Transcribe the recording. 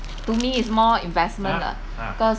to me is more investment lah because